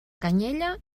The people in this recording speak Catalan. canyella